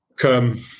come